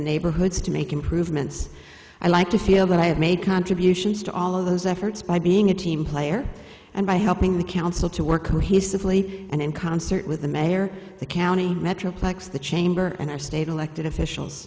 neighborhoods to make improvements i like to feel that i have made contributions to all of those efforts by being a team player and by helping the council to work on his slate and in concert with the mayor the county metroplex the chamber and our state elected officials